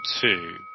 two